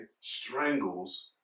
strangles